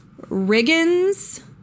Riggins